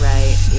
Right